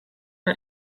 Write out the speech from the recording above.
for